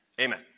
Amen